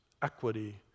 equity